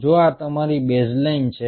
જો આ તમારી બેઝલાઇન છે